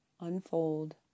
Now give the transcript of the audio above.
unfold